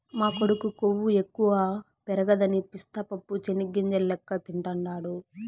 మా కొడుకు కొవ్వు ఎక్కువ పెరగదని పిస్తా పప్పు చెనిగ్గింజల లెక్క తింటాండాడు